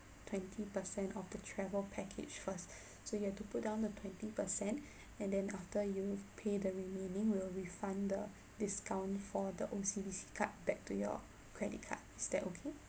twenty percent of the travel package first so you have to put down the twenty percent and then after you pay the remaining we'll refund the discount for the O_C_B_C card back to your credit card is that okay